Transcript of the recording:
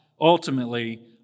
ultimately